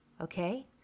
Okay